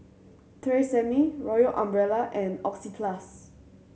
Tresemme Royal Umbrella and Oxyplus